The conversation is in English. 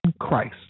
Christ